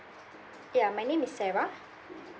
ya my name is sarah